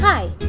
Hi